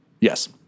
yes